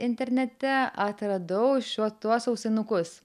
internete atradau šiuo tuos sausainukus